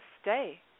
stay